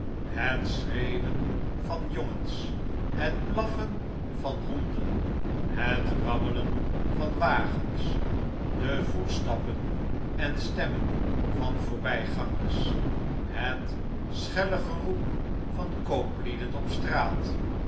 het schreeuwen vanjongens het blaffen van honden het rammelen van wagens de voetstappen en steramen van voorbijgangers het schelle geroep van kooplieden op straat